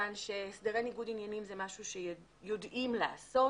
כיוון שהסדרי ניגוד עניינים זה משהו שיודעים לעשות